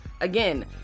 Again